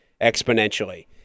exponentially